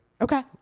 Okay